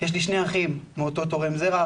יש לי שני אחים מאותו תורם זרע,